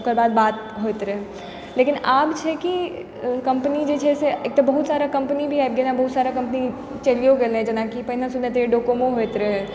ओकरबाद बात होइत रहय लेकिन आब छै कि कम्पनी जे छै से एक तऽ बहुत सारा कम्पनी भी आबि गेलय बहुत सारा कम्पनी चलियो गेलय जेना कि पहिने सुनैत रहियइ डोकोमो होइत रहय